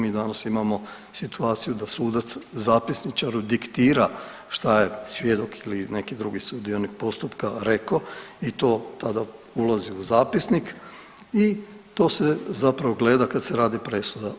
Mi danas imamo situaciju da sudac zapisničaru diktira šta je svjedok ili neki drugi sudionik postupka rekao i to tada ulazi u zapisnik i to se zapravo gleda kad se radi presuda.